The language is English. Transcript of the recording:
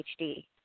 HD